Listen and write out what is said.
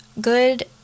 good